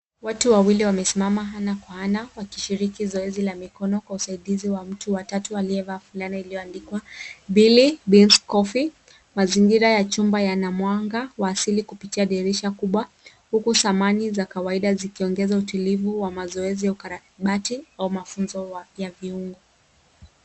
Watu wawili wamesimama ana kwa ana wakishiriki zoezi la mikono kwa usaidizi wa mtu wa tatu aliyevaa fulana iliyoandikwa billy beans coffee . Mazingira ya chumba yana mwanga wa asili kupitia dirisha kubwa huku samani za kawaida zikiongeza utulivu wa mazoezi ya ukarabati au mafunzo ya viungo.